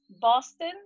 Boston